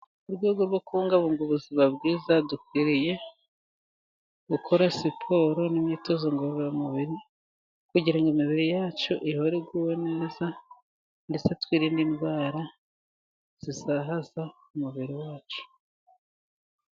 Mu rwego rwo kubungabunga ubuzima bwiza, dukwiriye gukora siporo n'imyitozo ngororamubiri, kugirango imibiri yacu ihore iguwe neza, ndetse twirinde indwara zizahaza umubiri wacu.